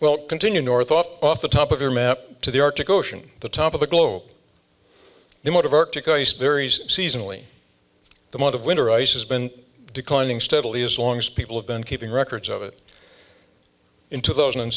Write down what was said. well continue north up off the top of your map to the arctic ocean the top of the globe the amount of arctic ice varies seasonally the month of winter ice has been declining steadily as long as people have been keeping records of it into those